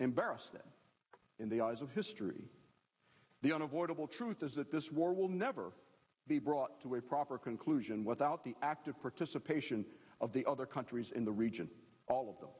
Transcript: embarrass them in the eyes of history the unavoidable truth is that this war will never be brought to a proper conclusion without the active participation of the other countries in the region all of them